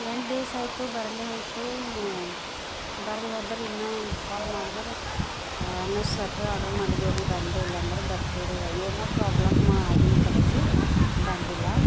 ಎಂಟು ದಿವಸ ಆಯ್ತು ಬರಲ್ಲೇ ಹೋಯ್ತು ಬರಲ್ಲೋದರೆ ಇನ್ನೂ ಕಾಲ್ ಮಾಡಿದರೆ ನಾವು ಸ್ವೆಟರ್ ಆರ್ಡ್ರ್ ಮಾಡಿದ್ದೇವ್ರಿ ಬಂದೇ ಇಲ್ಲ ಅಂದ್ರೆ ಬರ್ತದ್ರಿ ವೈ ಏನೋ ಪ್ರಾಬ್ಲಮ್ ಆಗಿನ ಕಡೆದು ಬಂದಿಲ್ಲ